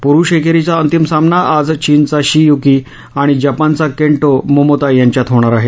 प्रुष एकेरीचा अंतिम सामना आज चीनचा शी युकी आणि जपानचा केन्टो मोमोता यांच्यात होणार आहे